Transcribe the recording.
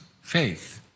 faith